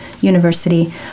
University